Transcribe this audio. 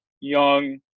young